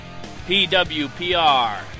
pwpr